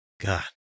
God